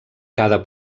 cada